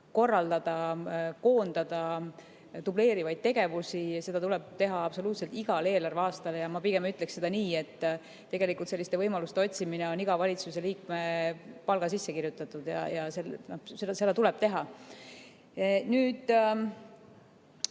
korraldada, koondada dubleerivaid tegevusi, tuleb teha absoluutselt igal eelarveaastal. Ma pigem ütleksin nii, et tegelikult selliste võimaluste otsimine on iga valitsuse liikme palga sisse kirjutatud ja seda tuleb teha. Tõsi